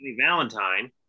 Valentine